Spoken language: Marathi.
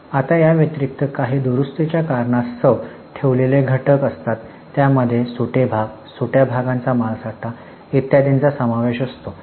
आता याव्यतिरिक्त काही दुरुस्तीच्या कारणात्सव ठेवलेले घटक असतात त्यामध्ये सुटे भाग सुट्या भागांचा माल साठा इत्यादींचा समावेश असतो